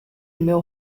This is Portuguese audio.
meu